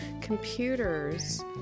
computers